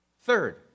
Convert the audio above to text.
Third